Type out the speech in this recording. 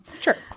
sure